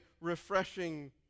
refreshing